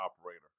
operator